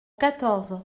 quatorze